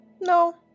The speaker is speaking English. No